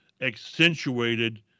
accentuated